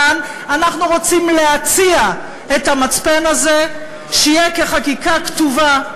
אנחנו רוצים להציע את המצפן הזה שיהיה כחקיקה כתובה.